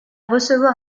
recevoir